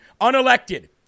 Unelected